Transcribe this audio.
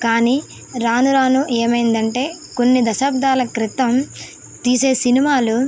కానీ రాను రాను ఏమైందంటే కొన్ని దశాబ్దాల క్రితం తీసే సినిమాలు